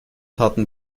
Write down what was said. harten